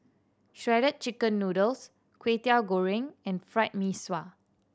Shredded Chicken Noodles Kway Teow Goreng and Fried Mee Sua